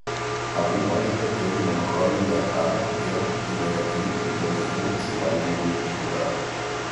abu modeliai turi monochrominį ekraną ir įvairiakryptį daugiafunkcį valdymo mygtuką